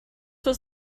was